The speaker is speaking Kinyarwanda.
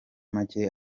make